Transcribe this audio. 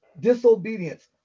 Disobedience